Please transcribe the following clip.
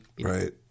Right